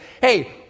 hey